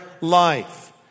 life